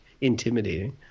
intimidating